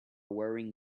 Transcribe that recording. wearing